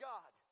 God